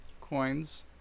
coins